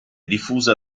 diffusa